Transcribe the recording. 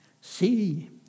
see